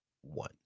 one